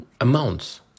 Amounts